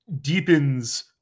deepens